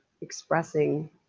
expressing